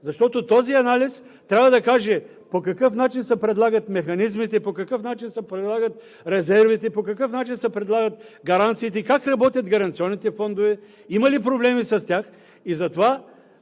Защото този анализ трябва да каже по какъв начин се предлагат механизмите, по какъв начин се предлагат резервите, по какъв начин се предлагат гаранциите, как работят гаранционните фондове, има ли проблеми с тях?